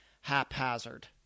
haphazard